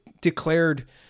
declared